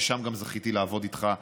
ושם זכיתי לעבוד איתך במשותף.